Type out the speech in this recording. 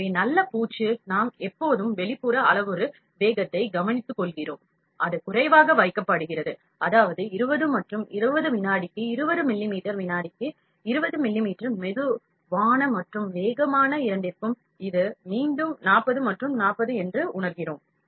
எனவே நல்ல பூச்சு நாம் எப்போதும் வெளிப்புற அளவுரு வேகத்தை கவனித்துக்கொள்கிறோம் அது குறைவாக வைக்கப்படுகிறது அதாவது 20 மற்றும் 20 வினாடிக்கு 20 மில்லிமீட்டர் வினாடிக்கு 20 மில்லிமீட்டர் மெதுவான மற்றும் வேகமான இரண்டிற்கும் இது மீண்டும் 40 மற்றும் 40 என்று உணர்கிறோம்